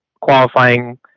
qualifying